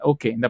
Okay